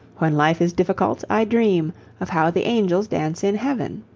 when life is difficult, i dream of how the angels dance in heaven.